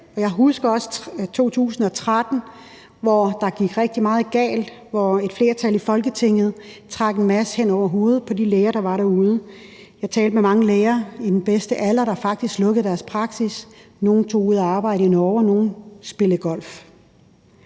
jeg husker også 2013, hvor der gik rigtig meget galt, og hvor et flertal i Folketinget trak en masse hen over hovedet på de læger, der var derude. Jeg talte med mange læger i den bedste alder, der faktisk lukkede deres praksis; nogle tog til Norge for at arbejde, og nogle spillede golf.